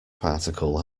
particle